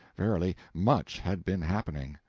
verily, much had been happening.